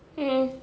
mm